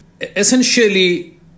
Essentially